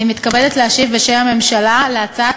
אני מתכבדת להשיב בשם הממשלה על הצעת